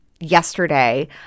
Yesterday